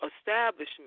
establishment